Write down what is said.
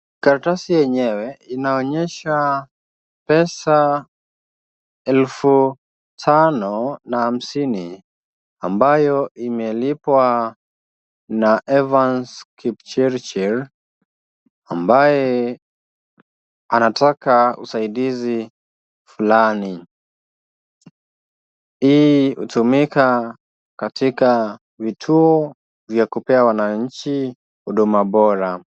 Karatasi yenyewe inaonyesha pesa elfu tano na hamsini ambayo imelipwa na Evans Kipchirchir, ambaye anataka usaidizi fulani. Hii hutumika katika vituo vya kupea wananchi huduma bora.